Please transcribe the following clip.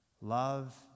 love